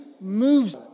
moves